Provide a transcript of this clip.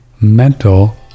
mental